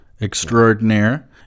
Extraordinaire